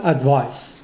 Advice